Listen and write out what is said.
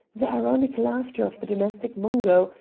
the ironic laughter of the domestic mungo,